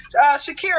Shakira